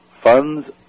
funds